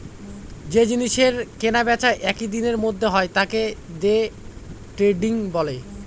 যে জিনিসের কেনা বেচা একই দিনের মধ্যে হয় তাকে দে ট্রেডিং বলে